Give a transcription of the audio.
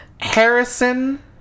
Harrison